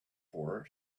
for